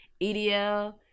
EDL